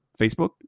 facebook